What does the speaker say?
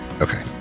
Okay